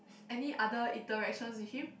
any other interactions with him